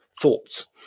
thoughts